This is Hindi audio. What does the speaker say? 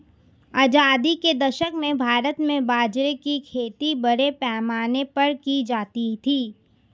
आजादी के दशक में भारत में बाजरे की खेती बड़े पैमाने पर की जाती थी